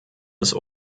des